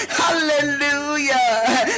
hallelujah